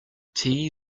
tea